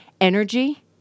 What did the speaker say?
Energy